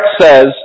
says